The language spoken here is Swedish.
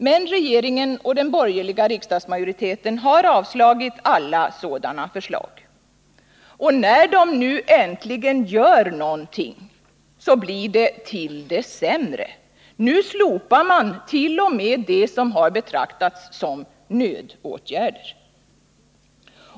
Men regeringen och den borgerliga riksdagsmajoriteten har avslagit alla sådana förslag. Och när de nu äntligen gör något, så är det förändringar till det sämre. Nu slopar man t.o.m. det som betraktats som nödåtgärder!